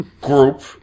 group